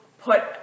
put